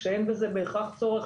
כשאין בזה בהכרח צורך,